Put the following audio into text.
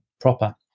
proper